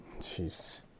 Jeez